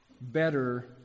better